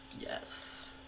yes